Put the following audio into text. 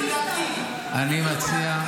--- תדע,